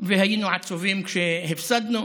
והיינו עצובים כשהפסדנו,